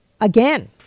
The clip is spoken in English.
again